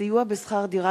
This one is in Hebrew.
מאסר קטין),